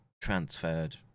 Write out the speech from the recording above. transferred